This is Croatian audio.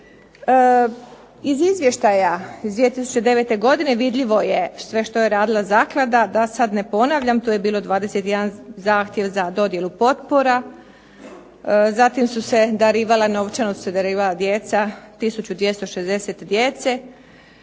Iz izvještaja iz 2009. godine vidljivo je sve što je radila zaklada, da sada ne ponavljam. Tu je bio 21 zahtjev za dodjelu potpora, zatim su se novčano darivala djeca,